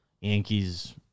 Yankees